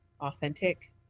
authentic